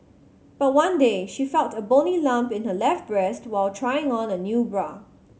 but one day she felt a bony lump in her left breast while trying on a new bra